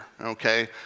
okay